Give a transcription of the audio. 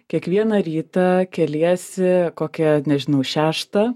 kiekvieną rytą keliesi kokią nežinau šeštą